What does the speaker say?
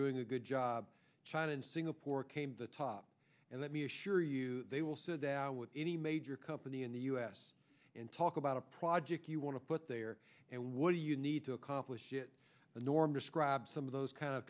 doing a good job china and singapore came the top and let me assure you they will sit down with any major company in the u s and talk about a project you want to put there and what do you need to accomplish it the norm describes some of those kind of